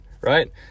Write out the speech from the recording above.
right